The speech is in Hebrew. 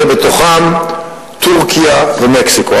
שבתוכן טורקיה ומקסיקו.